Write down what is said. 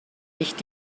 nicht